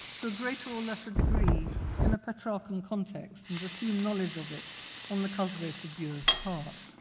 to a greater or lesser degree in a petrarchan context, and assume knowledge of it on the cultivated viewer's part.